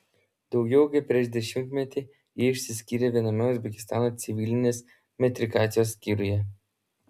daugiau kaip prieš dešimtmetį jie išsiskyrė viename uzbekistano civilinės metrikacijos skyriuje